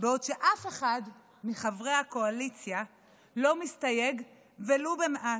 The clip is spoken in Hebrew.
בעוד שאף אחד מחברי הקואליציה לא מסתייג ולו במעט.